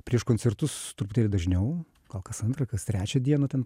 prieš koncertus truputėlį dažniau gal kas antrą kas trečią dieną ten